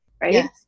right